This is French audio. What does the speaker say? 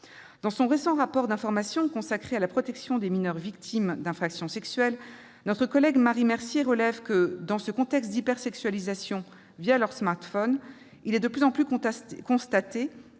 Dans son récent rapport d'information consacré à la protection des mineurs victimes d'infractions sexuelles, notre collègue Marie Mercier relève que, dans un contexte d'hypersexualisation les smartphones, on constate de plus en plus «